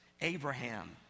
Abraham